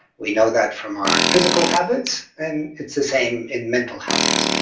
we know that from our physical habits, and it's the same in mental habits.